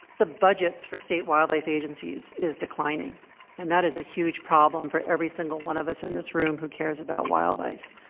the budgets for state wildlife agencies is declining and that is a huge problem for every single one of us in this room who cares about wildlife,